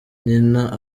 nina